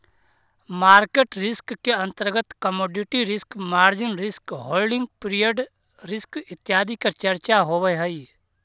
market risk के अंतर्गत commodity risk, margin risk, holding period risk इत्यादि के चर्चा होवऽ हई